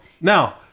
Now